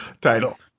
Title